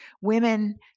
women